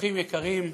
אורחים יקרים,